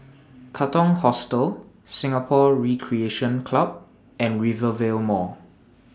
Katong Hostel Singapore Recreation Club and Rivervale Mall